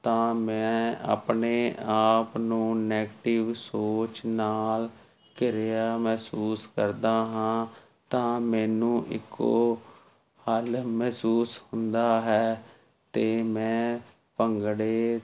ਤਾਂ ਮੈਂ ਆਪਣੇ ਆਪ ਨੂੰ ਨੈਗਟਿਵ ਸੋਚ ਨਾਲ ਘਿਰਿਆ ਮਹਿਸੂਸ ਕਰਦਾ ਹਾਂ ਤਾਂ ਮੈਨੂੰ ਇੱਕੋ ਹੱਲ ਮਹਿਸੂਸ ਹੁੰਦਾ ਹੈ ਅਤੇ ਮੈਂ ਭੰਗੜੇ